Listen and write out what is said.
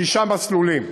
שישה מסלולים.